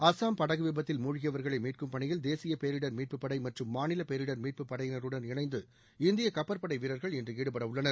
அஸ்ஸாம் படகு விபத்தில் மூழ்கியபவர்களை மீட்கும் பணியில் தேசிய பேரிடர் மீட்புப்படை மற்றும் மாநில பேரிடர் மீட்புப் படையினருடன் இணைந்து இந்திய கப்பற்படை வீரர்கள் இன்று ஈடுபடவுள்ளனர்